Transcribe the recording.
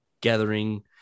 gathering